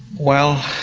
well,